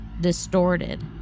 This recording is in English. distorted